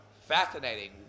Fascinating